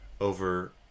over